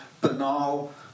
banal